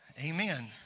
Amen